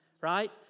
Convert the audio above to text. right